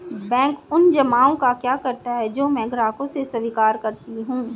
Bank उन जमाव का क्या करता है जो मैं ग्राहकों से स्वीकार करता हूँ?